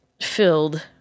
Filled